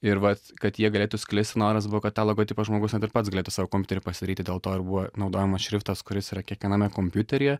ir vat kad jie galėtų sklisti noras buvo kad tą logotipą žmogus net ir pats galėtų savo kompiuteryje pasidaryti dėl to ir buvo naudojamas šriftas kuris yra kiekviename kompiuteryje